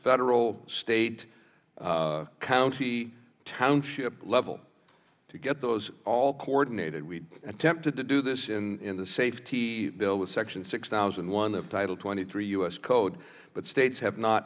federal state county township level to get those all coordinated we attempted to do this in the safety bill with section six thousand one of title twenty three us code but states have not